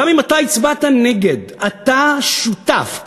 גם אם הצבעת נגד אתה שותף,